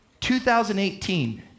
2018